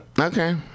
Okay